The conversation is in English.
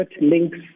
links